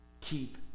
keep